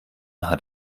hat